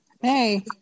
Hey